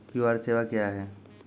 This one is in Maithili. क्यू.आर सेवा क्या हैं?